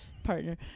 partner